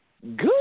good